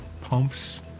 pumps